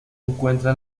encuentra